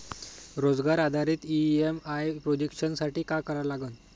रोजगार आधारित EMI projection साठी का करा लागन?